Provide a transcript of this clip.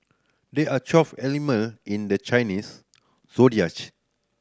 there are twelve animal in the Chinese